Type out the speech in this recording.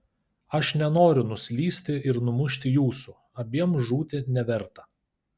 aš nenoriu nuslysti ir numušti jūsų abiem žūti neverta